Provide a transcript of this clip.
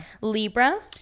Libra